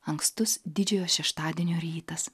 ankstus didžiojo šeštadienio rytas